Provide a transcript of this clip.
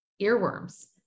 earworms